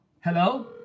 Hello